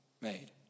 made